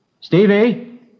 Stevie